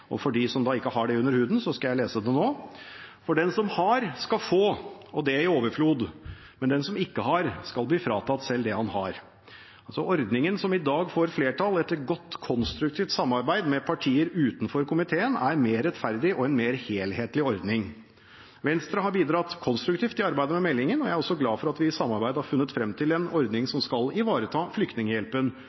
For dem som ikke har det under huden, skal jeg lese det nå: «For den som har, skal få, og det i overflod. Men den som ikke har, skal bli fratatt selv det han har.» Ordningen som i dag får flertall etter godt og konstruktivt samarbeid med partier utenfor komiteen, er mer rettferdig og en mer helhetlig ordning. Venstre har bidratt konstruktivt i arbeidet med meldingen, og jeg er også glad for at vi i samarbeidet har funnet frem til en ordning som skal ivareta Flyktninghjelpen,